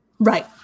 Right